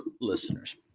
listeners